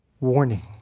warning